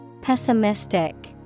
Pessimistic